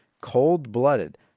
cold-blooded